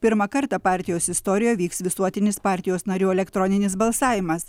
pirmą kartą partijos istorijoje vyks visuotinis partijos narių elektroninis balsavimas